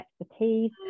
expertise